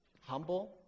humble